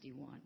61